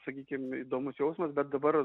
sakykim įdomus jausmas bet dabar